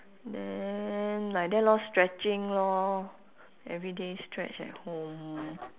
then like that lor stretching lor everyday stretch at home